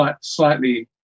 slightly